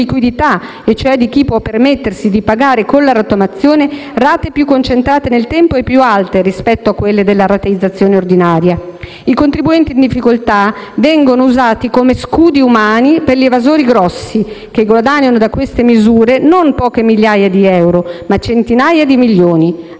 e cioè di chi può permettersi di pagare con la rottamazione rate più concentrate nel tempo e più alte rispetto a quelle della rateizzazione ordinaria. I contribuenti in difficoltà vengono usati come scudi umani per i grandi evasori, che guadagnano da queste misure non poche migliaia di euro, ma centinaia di milioni.